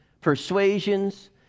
persuasions